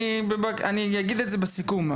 אני אגיד את זה בסיכום,